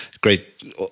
great